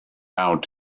out